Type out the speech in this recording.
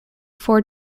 four